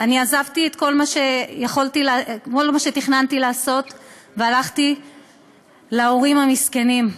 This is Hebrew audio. אני עזבתי את כל מה שתכננתי לעשות והלכתי להורים המסכנים.